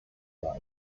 life